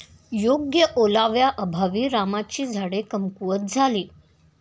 योग्य ओलाव्याअभावी रामाची झाडे कमकुवत झाली